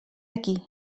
aquí